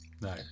No